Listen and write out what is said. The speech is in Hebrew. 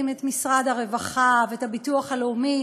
את משרד הרווחה ואת הביטוח הלאומי,